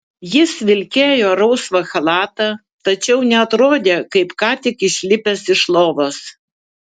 jis vilkėjo rausvą chalatą tačiau neatrodė kaip ką tik išlipęs iš lovos